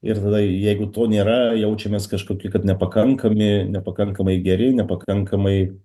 ir tada jeigu to nėra jaučiamės kažkoki kad nepakankami nepakankamai geri nepakankamai